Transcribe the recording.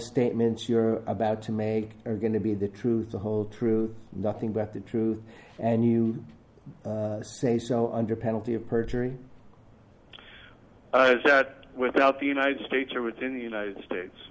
statements you're about to make are going to be the truth the whole truth and nothing but the truth and you say so under penalty of perjury without the united states or within the united states